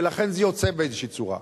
ולכן זה יוצא באיזו צורה.